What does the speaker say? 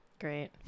great